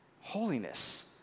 holiness